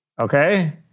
Okay